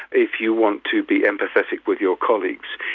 if you want to be empathetic with your colleagues,